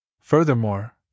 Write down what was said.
Furthermore